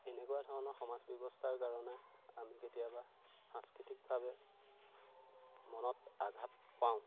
এনেকুৱা ধৰণৰ সমাজ ব্যৱস্থাৰ কাৰণে আমি কেতিয়াবা সাংস্কৃতিকভাৱে মনত আঘাত পাওঁ